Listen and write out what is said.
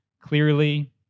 clearly